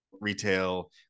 retail